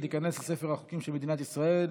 ותיכנס לספר החוקים של מדינת ישראל,